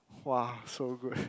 !wah! so good